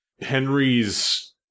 Henry's